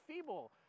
feeble